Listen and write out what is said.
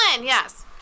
yes